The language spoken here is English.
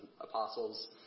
apostles